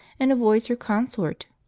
and avoids her consort.